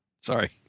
Sorry